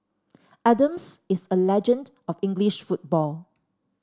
Adams is a legend of English football